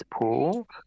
pool